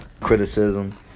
criticism